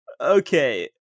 Okay